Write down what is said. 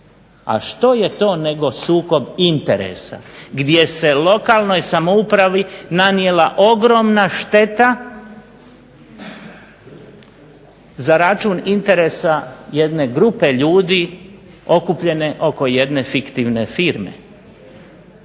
A što je to nego sukob interesa gdje se lokalnoj samoupravi nanijela ogromna šteta za račun interesa jedne grupe ljudi okupljene oko jedne fiktivne firme,